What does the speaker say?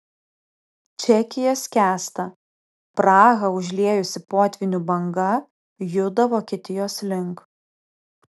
čekija skęsta prahą užliejusi potvynių banga juda vokietijos link